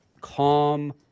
calm